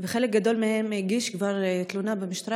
וחלק גדול מהן כבר הגישו תלונה במשטרה